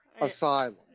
Asylum